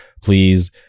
please